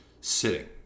sitting